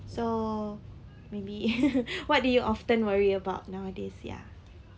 so maybe what do you often worry about nowadays ya